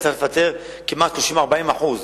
אני אצטרך לפטר כמעט 30% 40%,